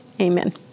Amen